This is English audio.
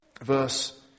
verse